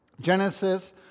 Genesis